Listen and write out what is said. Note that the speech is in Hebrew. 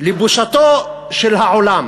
לבושתו של העולם